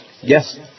Yes